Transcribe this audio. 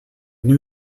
new